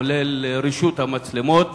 כולל רישות המצלמות,